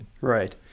Right